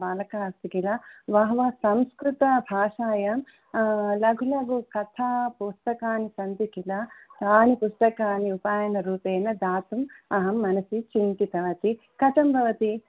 बालकः अस्ति किल बहवः संस्कृतभाषायां लघुलघुकथापुस्तकानि सन्ति किल तानि पुस्तकानि उपायनरूपेण दातुम् अहं मनसि चिन्तितवती कथं भवति